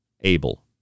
able